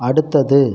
அடுத்தது